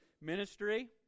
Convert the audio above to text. ministry